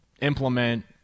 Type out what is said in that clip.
implement